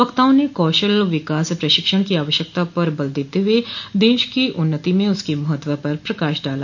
वक्ताओं ने कौशल विकास प्रशिक्षण की आवश्यकता पर बल देते हुए देश की उन्नति में उसके महत्व पर पकाश डाला